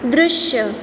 दृश्य